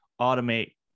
automate